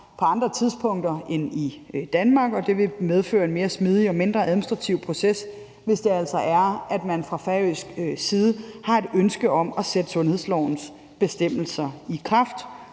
på andre tidspunkter end i Danmark, og det vil medføre en mere smidig og mindre besværlig administrativ proces, hvis man fra færøsk side har et ønske om at sætte sundhedslovens bestemmelser i kraft.